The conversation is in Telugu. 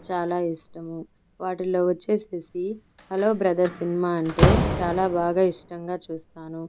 చాలా ఇష్టము వాటిల్లో వచ్చేసేసి హలో బ్రదర్ సినిమా అంటే చాలా బాగా ఇష్టంగా చూస్తాను